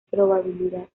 probabilidad